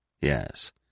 Yes